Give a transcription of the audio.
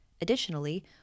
Additionally